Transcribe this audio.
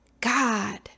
God